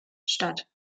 statt